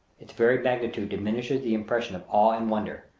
its very magnitude diminishes the impression of awe and wonder,